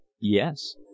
Yes